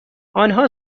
آنها